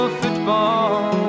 football